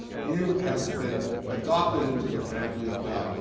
you have been adopted into the family of god.